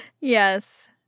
Yes